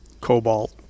cobalt